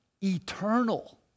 eternal